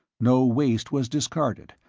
no waste was discarded,